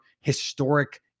historic